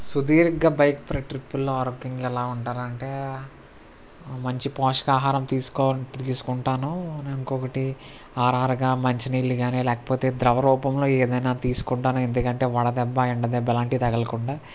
సుదీర్ఘ బైక్ ట్రిప్పుల్లో ఆరోగ్యంగా ఎలా ఉంటాలంటే మంచి పోషక ఆహారం తీసుకోవా తీసుకుంటాను నేను ఇంకొకటి ఆర్ఆర్గా మంచినీళ్లు కాని లేకపోతే ద్రవ రూపంలో ఏదైనా తీసుకుంటాను ఎందుకంటే వడదెబ్బ ఎండ దెబ్బ లాంటి తగలకుండా